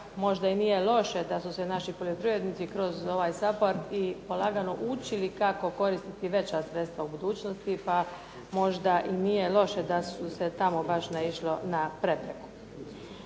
možda i nije loše da su se naši poljoprivrednici kroz ovaj SAPARD i polagano učili kako koristiti veća sredstva u budućnosti, pa možda i nije loše da se tamo baš naišlo na prepreke.